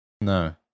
No